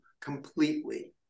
completely